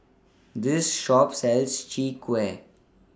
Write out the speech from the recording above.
This Shop sells Chwee Kueh